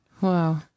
Wow